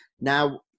Now